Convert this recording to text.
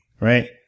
right